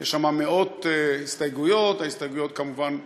יש שם מאות הסתייגויות, ההסתייגויות כמובן הופלו.